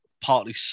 Partly